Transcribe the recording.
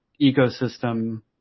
ecosystem